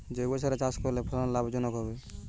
জৈবসারে চাষ করলে ফলন লাভজনক হবে?